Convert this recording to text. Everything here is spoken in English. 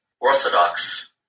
Orthodox